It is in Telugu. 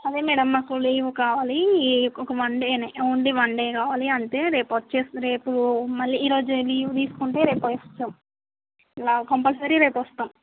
సరే మేడమ్ మాకు లీవ్ కావాలి ఒక వన్ డేనే ఓన్లీ వన్ డే కావాలి అంతే రేపు వచ్చేసి రేపు మళ్ళీ ఈరోజు లీవు తీసుకుంటే రేపు వస్తాం కంపల్సరీ రేపు వస్తాం